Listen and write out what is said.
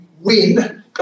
win